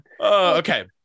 okay